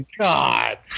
God